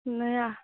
ନାଇଁ ଆ